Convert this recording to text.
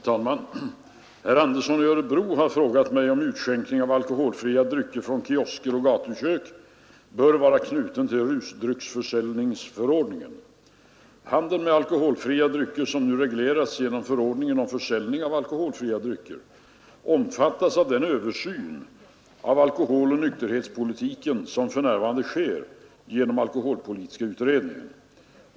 Herr talman! Herr Andersson i Örebro har frågat mig om utskänkning av alkoholfria drycker från kiosker och gatukök bör vara knuten till rusdrycksförsäljningsförord ningen. Handeln med alkoholfria drycker, som nu regleras genom förordningen om försäljning av alkoholfria drycker, omfattas av den översyn av alkoholoch nykterhetspolitiken som för närvarande sker genom alkoholpolitiska utredningen.